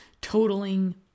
totaling